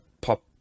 pop